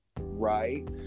Right